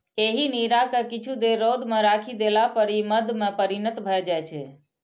एहि नीरा कें किछु देर रौद मे राखि देला पर ई मद्य मे परिणत भए जाइ छै